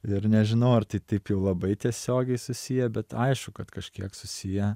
ir nežinau ar tai taip jau labai tiesiogiai susiję bet aišku kad kažkiek susiję